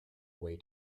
way